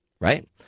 Right